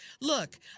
Look